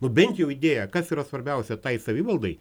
nu bent jau idėją kas yra svarbiausia tai savivaldai